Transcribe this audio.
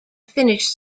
finnish